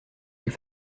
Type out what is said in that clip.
elle